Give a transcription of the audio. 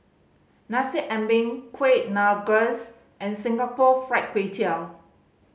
Nasi Ambeng Kuih Rengas and Singapore Fried Kway Tiao